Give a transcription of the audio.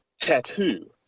tattoo